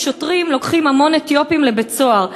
שוטרים לוקחים המון אתיופים לבית-סוהר,